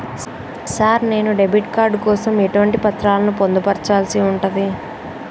Sir నేను debit card కోసం ఎటువంటి పత్రాలను పొందుపర్చాల్సి ఉంటది?